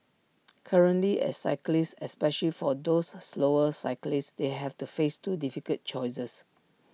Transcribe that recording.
currently as cyclists especially for those slower cyclists they have to face two difficult choices